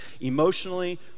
emotionally